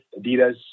Adidas